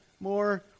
more